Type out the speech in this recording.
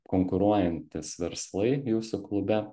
konkuruojantys verslai jūsų klube